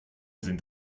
sind